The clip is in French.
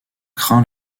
craint